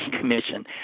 Commission